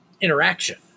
interaction